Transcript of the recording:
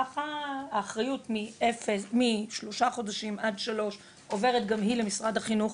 ככה האחריות משלושה חודשים עד שלוש עוברת גם היא למשרד החינוך,